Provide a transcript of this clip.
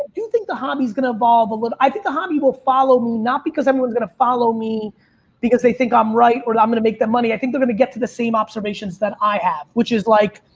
do think the hobby is going to evolve a little. i think the hobby will follow me not because everyone's going to follow me because they think i'm right or i'm going to make them money. i think they're going to get to the same observations that i have, have, which is like,